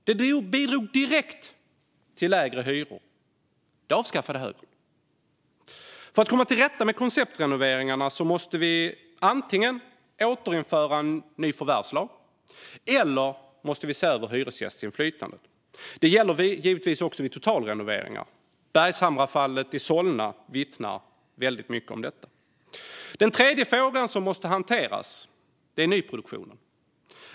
Det bidrog direkt till lägre hyror, men högern avskaffade det. För att komma till rätta med konceptrenoveringarna måste vi antingen återinföra en förvärvslag eller se över hyresgästinflytandet. Det gäller givetvis också vid totalrenoveringar. Bergshamrafallet i Solna vittnar väldigt mycket om detta. Den tredje frågan som måste hanteras är nyproduktionen.